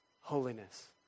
Holiness